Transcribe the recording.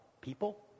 people